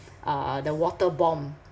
uh the water bomb